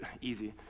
easy